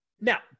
Now